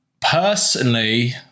personally